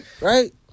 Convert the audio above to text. right